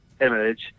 image